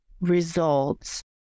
results